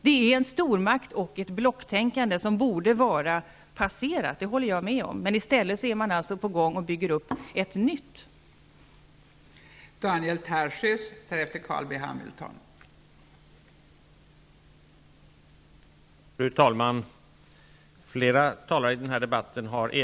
Det är ett stormaktsoch ett blocktänkande som borde vara passerat -- det håller jag med om -- men i stället håller man alltså på och bygger upp ett nytt stormaktsblock.